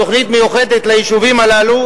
תוכנית מיוחדת ליישובים הללו,